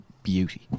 beauty